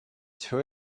too